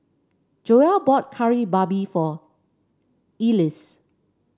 Joell bought Kari Babi for Elise